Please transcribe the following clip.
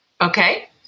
Okay